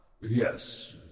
Yes